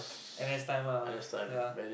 N_S time ah ya